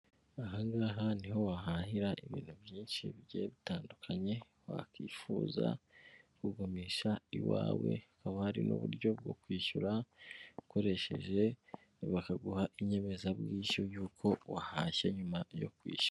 Aha ngaha niho wahahira ibintu byinshi bigiye bitandukanye wakwifuza kugumisha iwawe, hakaba hari n'uburyo bwo kwishyura ukoresheje, bakaguha inyemezabwishyu yuko wahashye nyuma yo kwishyura.